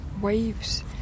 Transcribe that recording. waves